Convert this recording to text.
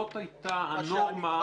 נתתי לך דוגמה שזאת הייתה הנורמה --- מה,